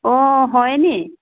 অঁ হয়নি